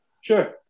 sure